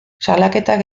salaketak